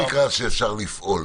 מה זה נקרא שאפשר לפעול?